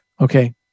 Okay